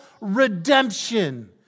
redemption